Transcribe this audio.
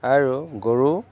আৰু গৰু